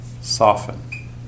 soften